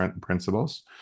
principles